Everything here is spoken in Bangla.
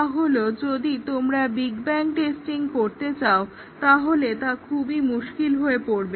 তা হলো যদি তোমরা বিগব্যাং টেস্টিং করতে চাও তাহলে তা খুবই মুশকিল হয়ে পড়বে